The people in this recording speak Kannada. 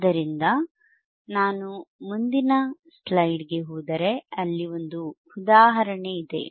ಆದ್ದರಿಂದ ನಾನು ಮುಂದಿನ ಸ್ಲೈಡ್ಗೆ ಹೋದರೆ ಅಲ್ಲಿ ಒಂದು ಉದಾಹರಣೆಯಿದೆ